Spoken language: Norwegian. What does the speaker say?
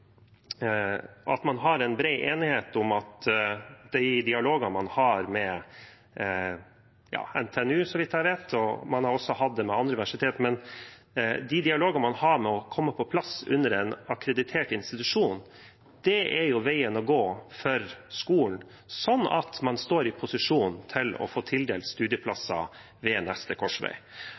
de dialogene man så vidt jeg vet har med NTNU, og med andre universiteter, om å komme på plass under en akkreditert institusjon, er veien å gå for skolen, slik at man står i posisjon til å få tildelt studieplasser ved neste korsvei.